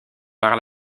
par